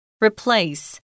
Replace